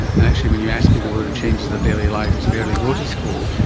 and actually when you ask people whether it changes their daily life, it's barely noticeable.